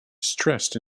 stress